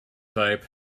type